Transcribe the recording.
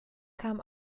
kam